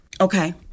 Okay